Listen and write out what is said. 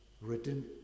written